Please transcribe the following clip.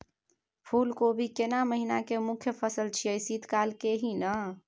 फुल कोबी केना महिना के मुखय फसल छियै शीत काल के ही न?